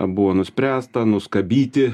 buvo nuspręsta nuskabyti